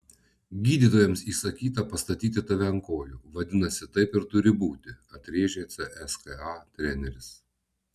gydytojams įsakyta pastatyti tave ant kojų vadinasi taip ir turi būti atrėžė cska treneris